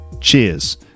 Cheers